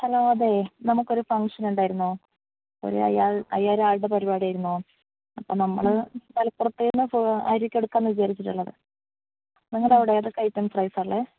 hello അതെ നമുക്കൊരു function ഉണ്ടായിരുന്നു ഒരു അയ്യായിരമാളുടെ പരിപാടിയായിരുന്നു അപ്പോള് നമ്മള് പാലപ്പുറത്ത് തന്നെ അരിയൊക്കെ എടുക്കാമെന്നാണ് വിചാരിച്ചിട്ടുള്ളത് നിങ്ങളുടെ അവിടെ ഏതൊക്കെ ഐറ്റംസ് റൈസാണുള്ളത്